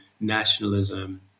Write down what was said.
nationalism